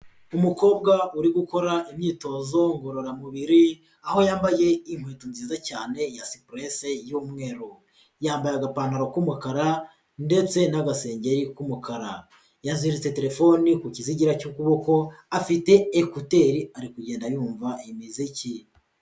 Umukobwa uri gukora imyitozo ngororamubiri, aho yambaye inkweto nziza cyane ya sipurese y'umweru, yambaye agapantaro k'umukara ndetse n'agasengeri k'umukara, yaziritse terefone ku kizigira cy'ukuboko afite ekuteri ari kugenda yumva imiziki.